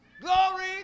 Glory